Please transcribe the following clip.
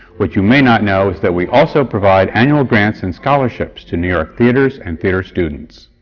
what you may not know is that we also provide annual grants and scholarships to new york theatres and theatre students.